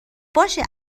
باشه